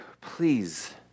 Please